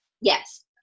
Yes